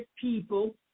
people